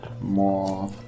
more